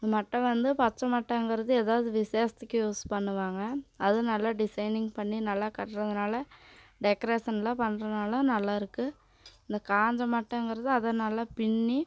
மட்டை வந்து பச்சை மட்டைங்கறது எதாவது விசேஷத்துக்கு யூஸ் பண்ணுவாங்க அது நல்லா டிசைனிங் பண்ணி நல்லா கட்டுறதுனால டெக்ரேஷன்லாம் பண்றதுனால நல்லாயிருக்கு இந்த காய்ஞ்ச மட்டைங்கறது அதை நல்லா பின்னி